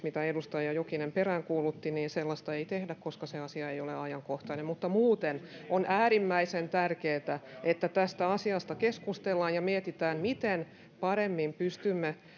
mitä edustaja jokinen peräänkuulutti ei tehdä koska se asia ei ole ajankohtainen muuten on äärimmäisen tärkeätä että tästä asiasta keskustellaan ja mietitään miten pystymme paremmin